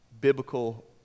biblical